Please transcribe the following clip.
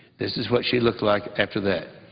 this is what she looked like after that.